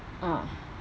uh